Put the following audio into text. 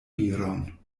viron